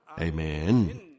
Amen